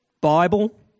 Bible